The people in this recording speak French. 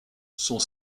sont